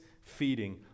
feeding